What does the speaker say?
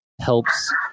helps